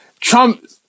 Trump